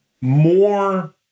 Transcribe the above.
more